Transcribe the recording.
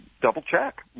double-check